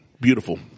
Beautiful